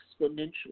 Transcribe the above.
exponentially